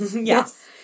Yes